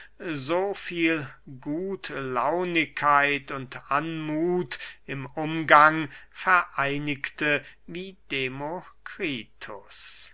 so viel gutlaunigkeit und anmuth im umgang vereinigte wie demokritus